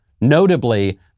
Notably